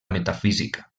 metafísica